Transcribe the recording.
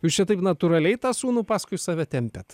jūs čia taip natūraliai tą sūnų paskui save tempiat